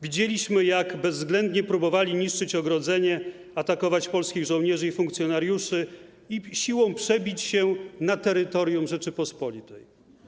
Widzieliśmy, jak bezwzględnie próbowali niszczyć ogrodzenie, atakować polskich żołnierzy i funkcjonariuszy i siłą przebić się na terytorium Rzeczypospolitej.